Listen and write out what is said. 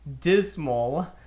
dismal